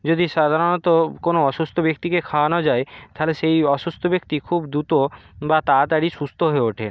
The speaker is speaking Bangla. যদি সাধারণত কোনো অসুস্ত ব্যক্তিকে খাওয়ানো যায় তাহলে সেই অসুস্থ ব্যক্তি খুব দুতো বা তাড়াতাড়ি সুস্থ হয়ে ওঠে